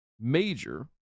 major